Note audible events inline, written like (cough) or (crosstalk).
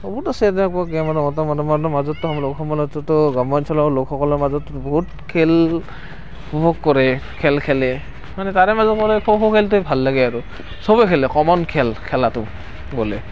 বহুত আছে তেনেকুৱা গেম (unintelligible) গ্ৰামাঞ্চলৰ লোকসকলৰ মাজত বহুত খেল উপভোগ কৰে খেল খেলে মানে তাৰে মাজৰ পৰা খুব খ' খ' খেলটোৱে ভাল লাগে আৰু সবে খেলে কমন খেল খেলাটো বোলে